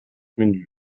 menü